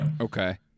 Okay